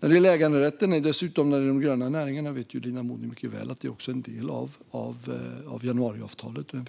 När det gäller äganderätten och de gröna näringarna vet Linda Modig mycket väl att en förstärkning av denna är en del av januariavtalet. Jag vet